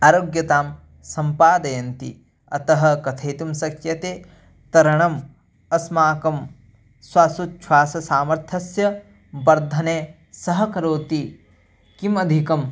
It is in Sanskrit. आरोग्यतां सम्पादयन्ति अतःकथयितुं शक्यते तरणम् अस्माकं श्वासोच्छ्वास सामर्थ्यस्य वर्धनं सहकरोति किमधिकम्